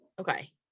Okay